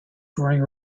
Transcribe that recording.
during